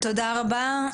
תודה רבה.